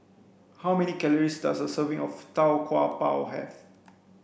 how many calories does a serving of tau kwa pau have